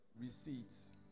receipts